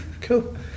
Cool